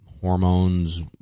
hormones